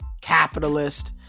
capitalist